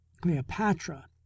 Cleopatra